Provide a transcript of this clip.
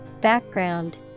Background